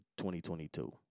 2022